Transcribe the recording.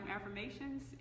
affirmations